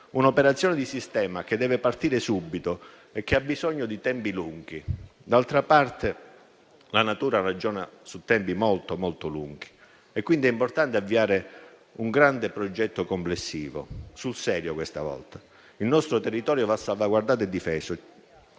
un'operazione di sistema che deve partire subito e che ha bisogno di tempi lunghi. D'altra parte, la natura ragiona su tempi molto lunghi. È quindi importante avviare un grande progetto complessivo, sul serio questa volta. Il nostro territorio va salvaguardato e difeso;